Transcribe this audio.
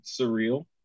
surreal